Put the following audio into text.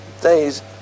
days